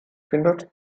findet